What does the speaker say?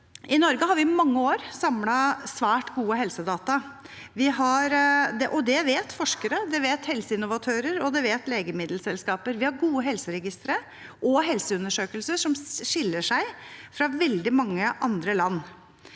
I Norge har vi i mange år samlet svært gode helsedata. Det vet forskere, det vet helseinnovatører, og det vet legemiddelselskaper. Vi har gode helseregistre og helseundersøkelser som skiller seg fra veldig mange andre land.